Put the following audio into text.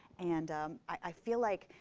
and i feel like,